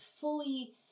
fully